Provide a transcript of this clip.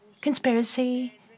conspiracy